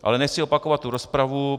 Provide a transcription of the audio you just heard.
Ale nechci opakovat rozpravu.